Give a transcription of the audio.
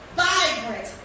vibrant